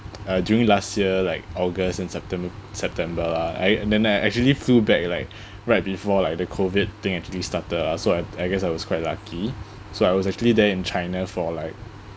uh during last year like august and septem~ september lah I and then I actually flew back like right before like the COVID thing actually started ah so I I guess I was quite lucky so I was actually there in china for like